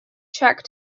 track